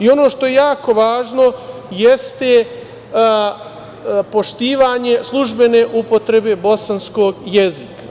Ono što je jako važno jeste poštovanje službene upotrebe bosanskog jezika.